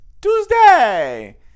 Tuesday